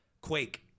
Quake